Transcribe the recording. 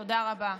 תודה רבה.